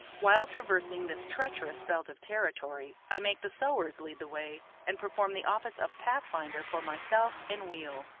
while traversing this treacherous belt of territory i make the sowars lead the way and perform the office of pathfinder for myself and wheel.